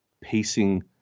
pacing